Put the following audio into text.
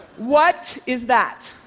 what is that?